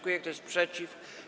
Kto jest przeciw?